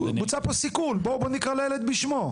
על סף יציאה למכרז,